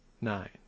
nine